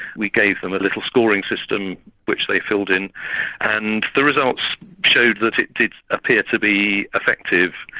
we gave them a little scoring system which they filled in and the results showed that it did appear to be effective.